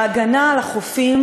בהגנה על החופים,